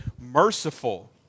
merciful